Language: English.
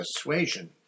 persuasion